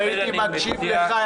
אם הייתי מקשיב לך,